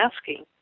asking